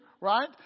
right